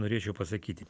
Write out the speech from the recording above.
norėčiau pasakyti